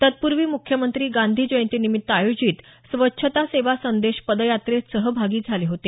तत्पूर्वी मुख्यमंत्री गांधी जंयतीनिमित्त आयोजित स्वच्छता सेवा संदेश पदयात्रेत सहभागी झाले होते